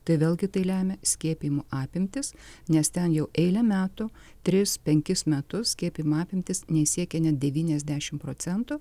tai vėlgi tai lemia skiepijimo apimtys nes ten jau eilę metų tris penkis metus skiepijimo apimtys nesiekia net devyniasdešim procentų